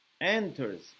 enters